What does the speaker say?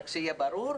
רק שיהיה ברור.